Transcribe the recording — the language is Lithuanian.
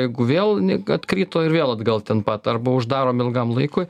jeigu vėl atkrito ir vėl atgal ten pat arba uždaromi ilgam laikui